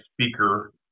speaker